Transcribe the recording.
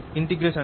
r r